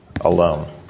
alone